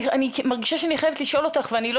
אני מרגישה שאני חייבת לשאול אותך ואני לא